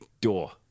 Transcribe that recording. door